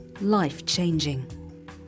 life-changing